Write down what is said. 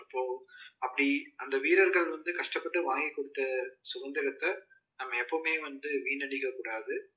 அப்போ அப்படி அந்த வீரர்கள் வந்து கஷ்டப்பட்டு வாங்கி கொடுத்த சுதந்திரத்த நம்ம எப்போவுமே வந்து வீணடிக்கக்கூடாது